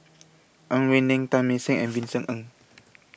Ang Wei Neng Teng Mah Seng and Vincent Ng